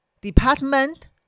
department